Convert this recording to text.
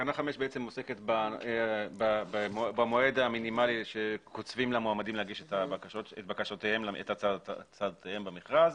תקנה 5 עוסקת במועד המינימלי שקוצבים למועמדים להגיש את הצעותיהם במכרז.